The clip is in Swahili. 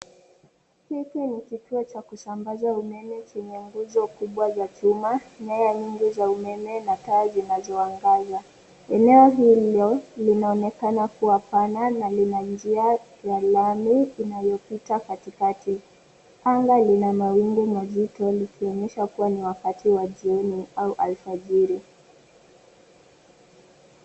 Hiki ni kituo cha kusambaza umeme chenye nguzo kubwa za chuma. Nyaya nyingi za umeme na taa zinazoangaza. Eneo hilo linaonekana kuwa pana na lina njia ya lami inayopita katikati. Anga lina mawingu mazito likionyesha kuwa ni wakati wa jioni au alfajiri.